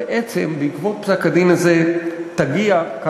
בעצם, בעקבות פסק-הדין הזה תגיע,